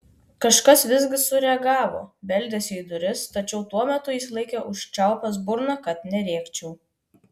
kažkas visgi sureagavo beldėsi į duris tačiau tuo metu jis laikė užčiaupęs burną kad nerėkčiau